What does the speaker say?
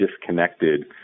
disconnected